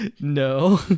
No